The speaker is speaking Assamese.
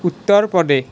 উত্তৰপ্ৰদেশ